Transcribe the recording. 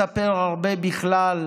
/ לא מספר הרבה / בכלל.